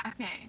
okay